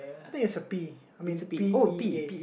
I think is a P I mean pea